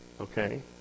Okay